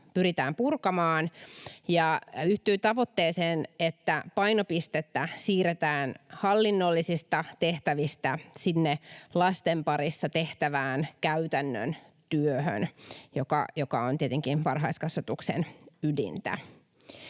pyritään purkamaan, ja yhtyy tavoitteeseen, että painopistettä siirretään hallinnollisista tehtävistä sinne lasten parissa tehtävään käytännön työhön, joka on tietenkin varhaiskasvatuksen ydintä.